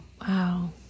Wow